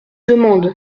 demande